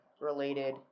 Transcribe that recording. related